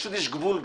פשוט יש גבול גם.